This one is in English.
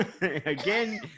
Again